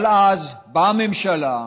אבל אז באה הממשלה,